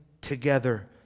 together